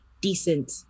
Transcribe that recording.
decent